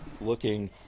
looking